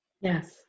Yes